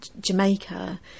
Jamaica